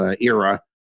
era